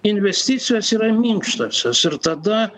investicijos yra minkštosios ir tada